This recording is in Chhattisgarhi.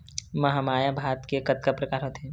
महमाया भात के कतका प्रकार होथे?